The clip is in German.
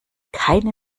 keine